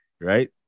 right